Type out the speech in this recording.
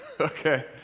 okay